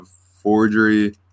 forgery